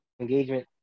engagement